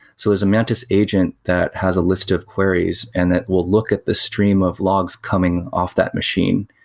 so as a mantis agent that has a list of queries and that will look at the stream of logs coming off that machine,